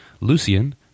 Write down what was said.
lucian